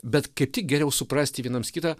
bet kaip tik geriau suprasti vienams kitą